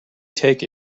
take